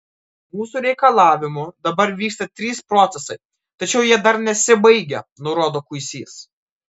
mūsų reikalavimu dabar vyksta trys procesai tačiau jie dar nesibaigę nurodo kuisys